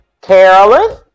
Carolyn